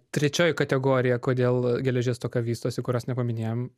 trečioji kategorija kodėl geležies stoka vystosi kurios nepaminėjom